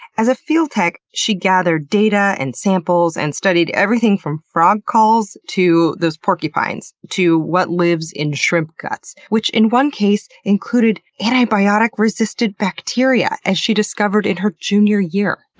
as a field tech, she gathered data and samples, and studied everything from frog calls to those porcupines, to what lives in shrimp guts, which in one case included antibiotic resistant bacteria, as she discovered in her junior year.